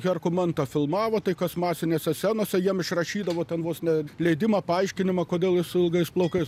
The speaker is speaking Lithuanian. herkų mantą filmavo tai kas masinėse scenose jiems išrašydavo ten vos ne leidimą paaiškinimą kodėl su ilgais plaukais